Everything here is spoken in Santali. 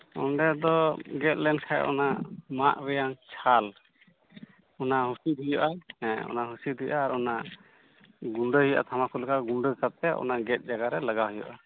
ᱚᱸᱰᱮ ᱫᱚ ᱜᱮᱫ ᱞᱮᱱ ᱠᱷᱟᱡ ᱚᱱᱟ ᱢᱟᱫ ᱨᱮᱭᱟᱜ ᱪᱷᱟᱞ ᱚᱱᱟ ᱦᱩᱸᱥᱤᱫ ᱚᱱᱟ ᱦᱩᱭᱩᱜᱼᱟ ᱦᱮᱸ ᱚᱱᱟ ᱦᱩᱸᱥᱤᱫ ᱦᱩᱭᱩᱜᱼᱟ ᱟᱨ ᱚᱱᱟ ᱜᱩᱸᱰᱟᱹᱭ ᱦᱩᱭᱩᱜᱼᱟ ᱛᱷᱟᱢᱟᱠᱩᱨ ᱞᱮᱠᱟ ᱜᱩᱸᱰᱟᱹ ᱠᱟᱛᱮ ᱚᱱᱟ ᱜᱮᱫ ᱡᱟᱭᱜᱟ ᱨᱮ ᱞᱟᱜᱟᱣ ᱦᱩᱭᱩᱜᱼᱟ